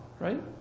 right